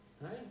right